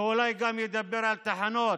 ואולי גם ידבר על תחנות.